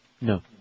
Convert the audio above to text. No